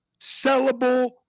sellable